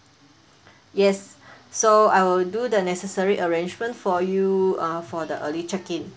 yes so I will do the necessary arrangement for you uh for the early check-in